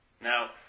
Now